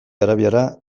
arabiara